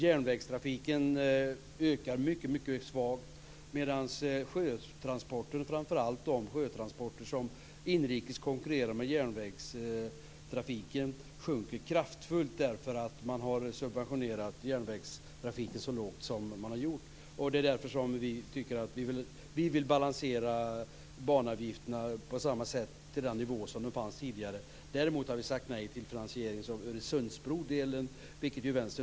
Järnvägstrafiken ökar mycket svagt, medan framför allt de sjötransporter som inrikes konkurrerar med järnvägstrafiken kraftigt minskar eftersom man har subventionerat järnvägstrafiken så mycket som man har gjort. Därför vill vi balansera banavgifterna till den nivå som gällde tidigare. Däremot har vi sagt nej till finansieringen av Öresundsbrodelen.